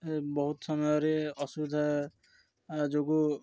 ବହୁତ ସମୟରେ ଅସୁବିଧା ଯୋଗୁଁ